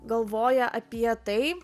galvoja apie tai